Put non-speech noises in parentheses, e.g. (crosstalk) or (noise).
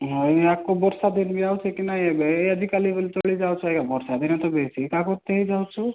ହଁ ୟାକୁ ବର୍ଷା ଦିନେ (unintelligible) ଠିକ ନାଇଁ ଏବେ ଏ ଆଜି କାଲି ବୋଲି ଚଳି ଯାଉଛୁ ଆଜ୍ଞା ବର୍ଷା ଦିନେ ତ ବେଶୀ (unintelligible) ହେଇ ଯାଉଛୁ